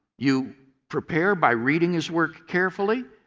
you prepare by reading his work carefully,